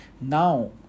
now